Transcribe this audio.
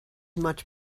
much